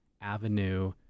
avenue